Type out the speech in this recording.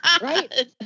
Right